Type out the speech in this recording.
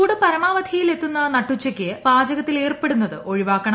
ചൂട് പരമാവധിയിൽ എത്തുന്ന നട്ടുച്ചക്ക് പാചകത്തിൽ ഏർപ്പെടുന്നത് ഒഴിവാക്കണം